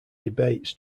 debates